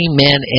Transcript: Amen